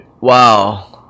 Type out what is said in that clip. Wow